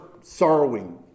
sorrowing